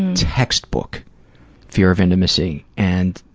textbook fear of intimacy, and,